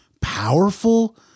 powerful